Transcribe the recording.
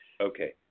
Okay